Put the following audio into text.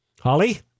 Holly